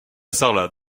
sarlat